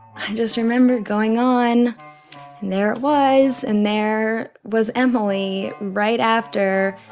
i just remembered going on, and there it was. and there was emily right after,